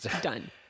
Done